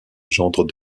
gendre